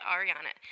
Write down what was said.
Ariana